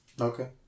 Okay